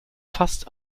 fast